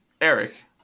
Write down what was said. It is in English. Eric